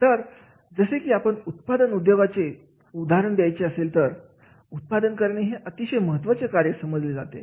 तर जसे की आपण उत्पादन उद्योगाचे जर उदाहरण घेतले तर उत्पादन करणे हे अतिशय महत्त्वाचे कार्य समजले जाते